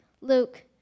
Luke